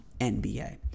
NBA